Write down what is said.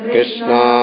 Krishna